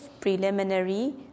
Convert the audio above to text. preliminary